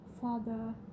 Father